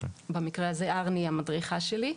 במקרה הזה ארני היא המדריכה שלי.